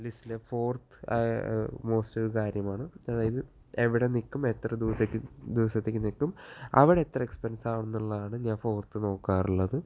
ലിസ്റ്റിലെ fourth most ഒരു കാര്യമാണ് അതായതു എവിടെ നിൽക്കും എത്ര ദിവസത്തേക്ക് ദിവസത്തേക്ക് നിൽക്കും അവിടെ എത്ര എക്സ്പെന്സ് ആവുമെന്നുള്ളതാണ് ഞാന് ഫോര്ത്ത് നോക്കാറുള്ളത്